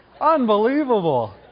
Unbelievable